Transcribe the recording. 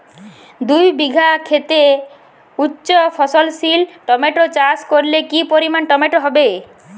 দুই বিঘা খেতে উচ্চফলনশীল টমেটো চাষ করলে কি পরিমাণ টমেটো হবে?